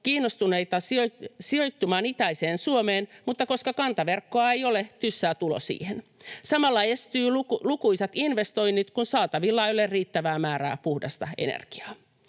kiinnostuneita sijoittumaan itäiseen Suomeen, mutta koska kantaverkkoa ei ole, tyssää tulo siihen. Samalla estyvät lukuisat investoinnit, kun saatavilla ei ole riittävää määrää puhdasta energiaa.